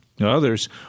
Others